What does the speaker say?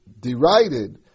derided